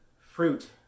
Fruit